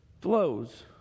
flows